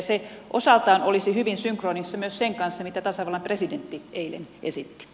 se osaltaan olisi hyvin synkronissa myös sen kanssa mitä tasavallan presidentti eilen esitti